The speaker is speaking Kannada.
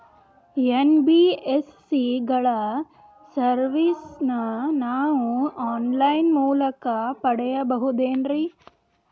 ಎನ್.ಬಿ.ಎಸ್.ಸಿ ಗಳ ಸರ್ವಿಸನ್ನ ನಾವು ಆನ್ ಲೈನ್ ಮೂಲಕ ಪಡೆಯಬಹುದೇನ್ರಿ?